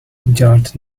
dirt